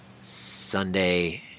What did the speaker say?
Sunday